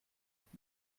und